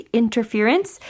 interference